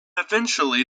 eventually